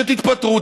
שתתפטרו,